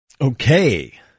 Okay